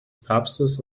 papstes